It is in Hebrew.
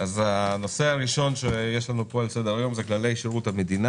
הנושא הראשון על סדר-היום: כללי שירות המדינה